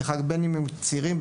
בין אם הם צעירים,